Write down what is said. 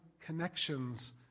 connections